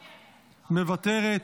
מוותרת,